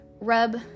rub